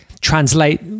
translate